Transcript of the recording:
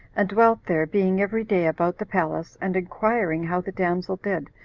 and dwelt there, being every day about the palace, and inquiring how the damsel did,